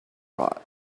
rot